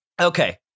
Okay